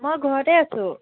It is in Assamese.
মই ঘৰতেই আছোঁ